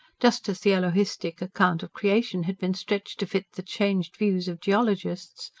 just as the elohistic account of creation had been stretched to fit the changed views of geologists,